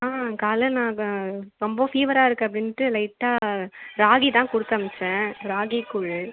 ஆ காலைல நான் ரொம்ப ஃபீவராக இருக்குது அப்படின்ட்டு லைட்டாக ராகி தான் கொடுத்து அனுப்பிச்சேன் ராகி கூழு